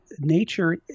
nature